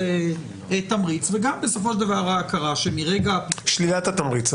זה תמריץ וגם בסופו של דבר ההכרה שמרגע --- שלילת התמריץ.